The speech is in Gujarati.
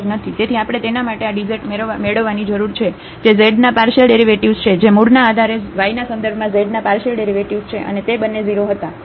તેથી આપણે તેના માટે આ ડીઝેડ મેળવવાની જરૂર છે જે ઝેડના પાર્શિયલ ડેરિવેટિવ્ઝ છે જે મૂળના આધારે y ના સંદર્ભમાં z ના પાર્શિયલ ડેરિવેટિવ્ઝ છે અને તે બંને 0 હતા